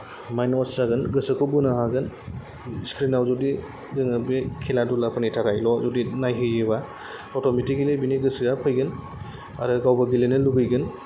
mind वास जागोन गोसोखौ बोनो हागोन स्क्रिनाव जुदि जोङो बे खेला धुलाफोरनि थाखायल' जुदि नायहोयोबा अट'मेतिकेलि बिनि गोसोआ फैगोन आरो गावबो गेलेनो लुबैगोन